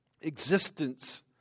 existence